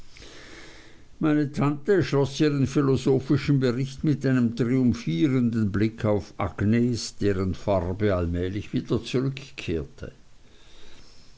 meine tante schloß ihren philosophischen bericht mit einem triumphierenden blick auf agnes deren farbe allmählich wieder zurückkehrte